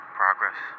progress